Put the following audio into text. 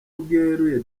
bweruye